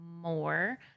more